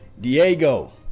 Diego